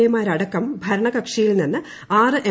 A മാരടക്കം ഭരണകക്ഷിയിൽ നിന്ന് ആറ് എം